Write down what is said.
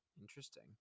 Interesting